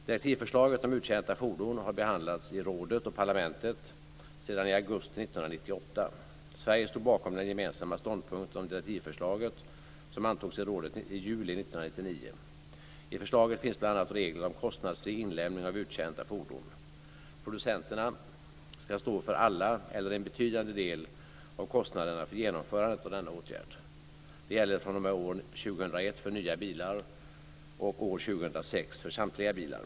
Direktivförslaget om uttjänta fordon har behandlats i rådet och parlamentet sedan i augusti 1998. Sverige stod bakom den gemensamma ståndpunkt om direktivförslaget som antogs i rådet i juli 1999. I förslaget finns bl.a. regler om kostnadsfri inlämning av uttjänta fordon. Producenterna ska stå för alla eller en betydande del av kostnaderna för genomförandet av denna åtgärd. Detta gäller fr.o.m. år 2001 för nya bilar, och år 2006 för samtliga bilar.